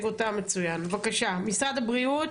בקשה, משרד הבריאות.